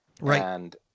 Right